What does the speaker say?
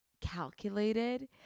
calculated